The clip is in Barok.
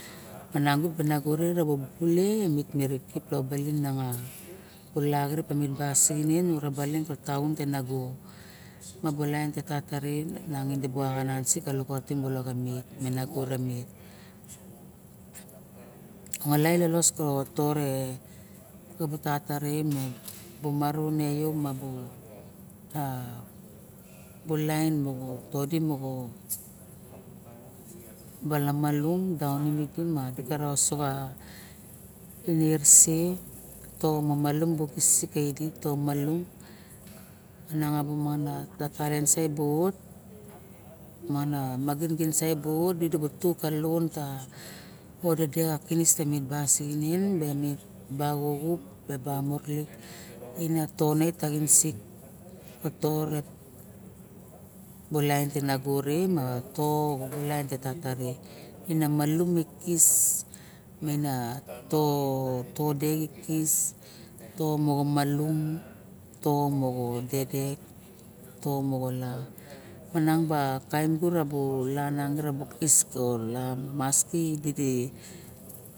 Ma nagat bu ra xubule met mera kip lap baling marip lep bating ka taon te vago. Ma bulaen te tata re bi bu axe lukautim mail ma nagore may olai e lelos kabar sto re tata may ne lo bu lain moxo a todi mox balamalum daonim idi mi dikaroso a inerese taxom malum xisik ka aidi tom malum i mana baranga bu ot mana miginsa bu ot odedet bu ot baxuxub ba murulik maine tovai taxin sik mo to lain te tata ine malum ikis to de ikis to moxa malum manag bu kain ba mask didi